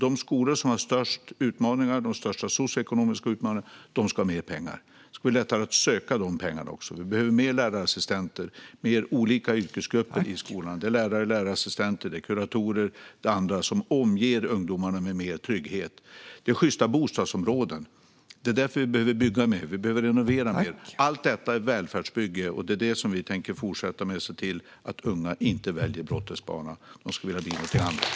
De skolor som har de största socioekonomiska utmaningarna ska ha mer pengar. Det ska också bli lättare att söka de pengarna. Vi behöver fler från olika yrkesgrupper i skolan - lärare, lärarassistenter, kuratorer och andra - som omger ungdomarna med mer trygghet. Vi måste ha sjysta bostadsområden. Det är därför vi behöver bygga mer och renovera mer. Allt detta är ett välfärdsbygge. Det kommer vi att fortsätta med och se till att unga inte väljer brottets bana. De ska vilja någonting annat.